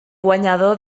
guanyador